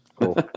Cool